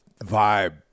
vibe